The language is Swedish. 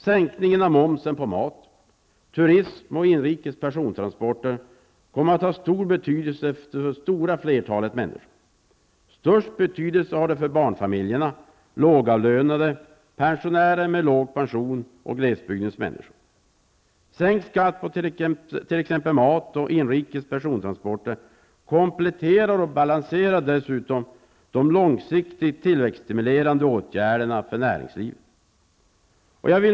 Sänkning av momsen på mat, turism och inrikes persontransporter har stor betydelse för det stora flertalet människor. Störst betydelse har det för barnfamiljer, lågavlönade, pensionärer med låg pension och glesbygdens människor. Sänkt skatt på t.ex. mat och inrikes persontransporter kompletterar och balanserar de långsiktigt tillväxtstimulerande åtgärderna för näringslivet.